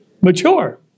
Mature